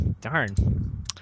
Darn